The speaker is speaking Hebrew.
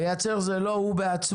לייצר זה לא הוא בעצמו,